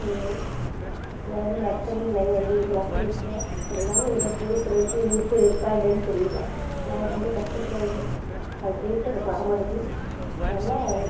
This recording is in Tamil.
நிறைய நக்கல் நையாண்டி இதெல்லாம் பேசுவேன் இருந்தாலும் இதெல்லாம் பேசுகிறதுக்கு விருப்பு இருக்கா இல்லையானு தெரியலை நான் இருந்து கஷ்டத்தில் வந்து அது பேச எனக்கு வர மாட்டுது அதனால்